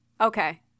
Okay